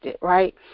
right